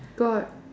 got